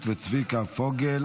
וצביקה פוגל.